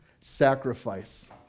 Sacrifice